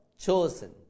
chosen